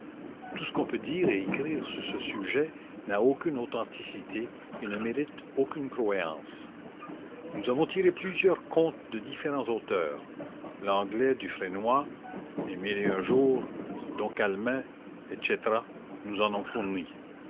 tout ce qu'on peut dire et écrire sur ce sujet n'a aucune authenticité et ne mérite aucune croyance nous avons tiré plusieurs contes de différens auteurs langlet dufresnois les mille et un jour dom calmet etc nous en ont fourni